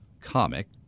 comic